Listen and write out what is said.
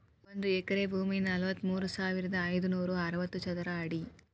ಒಂದ ಎಕರೆ ಭೂಮಿ ನಲವತ್ಮೂರು ಸಾವಿರದ ಐದನೂರ ಅರವತ್ತ ಚದರ ಅಡಿ